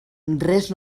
res